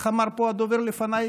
איך אמר פה הדובר לפניי,